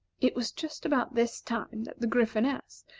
it was just about this time that the gryphoness,